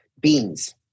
beans